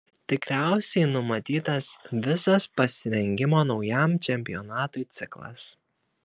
tikriausiai numatytas visas pasirengimo naujam čempionatui ciklas